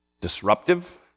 disruptive